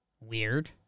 weird